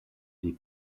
des